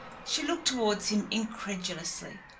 she looked towards him incredulously.